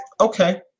Okay